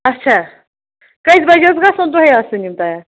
اچھا کٔژِ بَجہِ حظ گژھن تۄہہِ آسٕنۍ یِم تیار